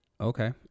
Okay